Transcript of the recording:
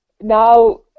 Now